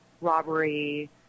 robbery